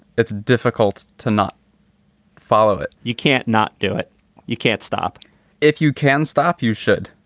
it's difficult to not follow it you can't not do it you can't stop if you can't stop. you should.